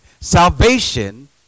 Salvation